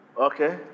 Okay